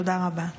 תודה רבה.